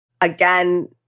again